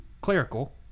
Clerical